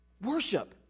Worship